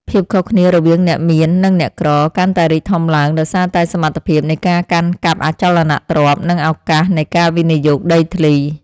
ភាពខុសគ្នារវាងអ្នកមាននិងអ្នកក្រកាន់តែរីកធំឡើងដោយសារតែសមត្ថភាពនៃការកាន់កាប់អចលនទ្រព្យ និងឱកាសនៃការវិនិយោគដីធ្លី។